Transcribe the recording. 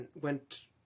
went